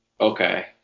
okay